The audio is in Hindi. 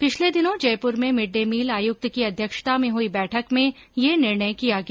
पिछले दिनों जयपुर में मिड डे मील आयुक्त की अध्यक्षता में हुई बैठक में यह निर्णय किया गया